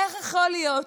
איך יכול להיות